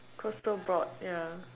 cause so broad ya